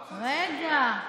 רגע.